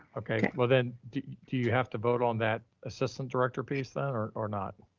okay. well then do you have to vote on that assistant director piece then, or or not?